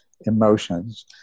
emotions